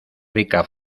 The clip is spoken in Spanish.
rica